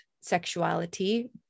sexuality